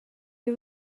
you